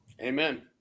Amen